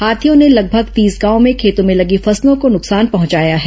हाथियों ने लगभग तीस गांवों में खेतों में लगी फसलों को नुकसान पहुंचाया है